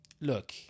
look